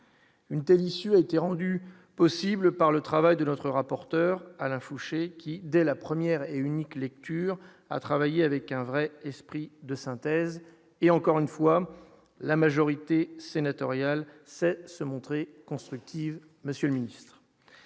une telle issue était rendue possible par le travail de notre rapporteur Alain Fouché, qui dès la première et unique lecture a travaillé avec un vrai esprit de synthèse et, encore une fois, la majorité sénatoriale s'est se montrer constructive, monsieur le Ministre